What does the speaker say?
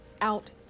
out